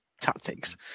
tactics